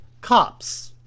cops